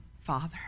father